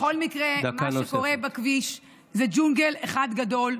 בכל מקרה, מה שקורה בכביש זה ג'ונגל אחד גדול.